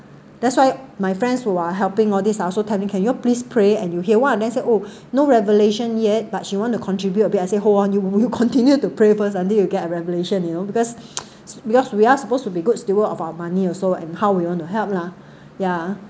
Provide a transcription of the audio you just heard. that's why my friends who are helping all these are also tell me can you all please pray and you hear one of them said oh no revelation yet but she want to contribute a bit I say hold on you you continue to pray first until you get a revelation you know because because we are supposed to be good steward of our money also and how we want to help lah ya